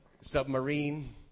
Submarine